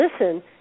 listen